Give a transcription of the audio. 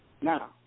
Now